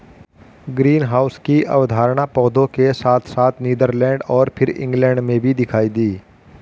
greenhouse की अवधारणा पौधों के साथ साथ नीदरलैंड और फिर इंग्लैंड में भी दिखाई दी